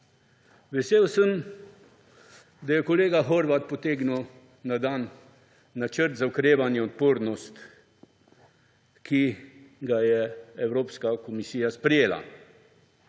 Vesel sem, da je kolega Horvat potegnil na dan načrt za okrevanje in odpornost, ki ga je Evropska komisija sprejela.